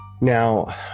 Now